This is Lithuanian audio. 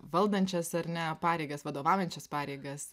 valdančias ar ne pareigas vadovaujančias pareigas